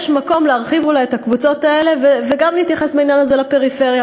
יש מקום להרחיב אולי את הקבוצות האלה וגם להתייחס בעניין הזה לפריפריה,